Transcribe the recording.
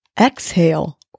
exhale